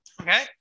Okay